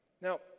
Now